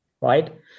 right